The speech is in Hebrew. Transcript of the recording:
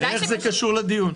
איך זה קשור לדיון?